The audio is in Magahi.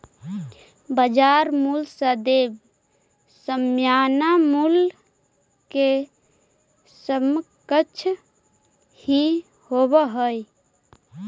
बाजार मूल्य सदैव सामान्य मूल्य के समकक्ष ही होवऽ हइ